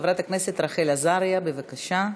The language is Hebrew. חברת הכנסת רחל עזריה, בבקשה.